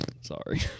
sorry